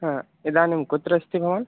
हा इदानीं कुत्र अस्ति भवान्